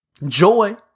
joy